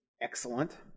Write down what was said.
excellent